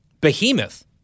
behemoth